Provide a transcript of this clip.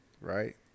right